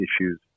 issues